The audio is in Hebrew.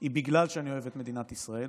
היא בגלל שאני אוהב את מדינת ישראל